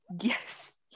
Yes